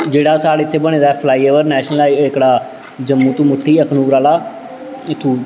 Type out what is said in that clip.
जेह्ड़ा साढ़े इत्थै बने दा ऐ फ्लाई ओवर नैश्नल हाई एह्कड़ा जम्मू तों मुट्ठी अखनूर आह्ला इत्थूं